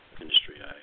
industry